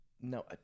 No